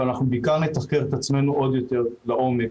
אבל אנחנו בעיקר נתחקר את עצמנו עוד יותר לעומק,